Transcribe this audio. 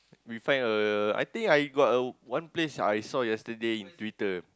we find a I think I got a one place I saw yesterday in twitter